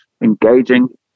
engaging